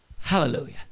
Hallelujah